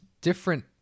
different